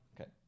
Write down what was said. Okay